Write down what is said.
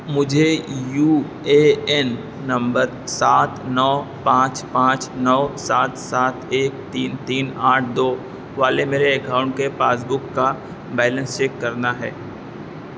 مجھے U A N number سات نو پانچ پانچ نو سات سات ایک تین تین آٹھ دو والے میرے اکاؤنٹ کے پاس بک كا بیلنس چیک کرنا ہے